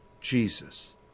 Jesus